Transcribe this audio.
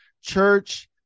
church